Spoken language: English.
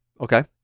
Okay